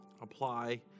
apply